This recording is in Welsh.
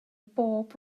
bob